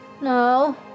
No